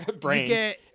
brains